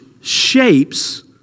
shapes